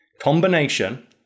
combination